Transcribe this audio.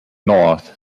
north